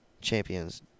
champions